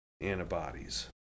antibodies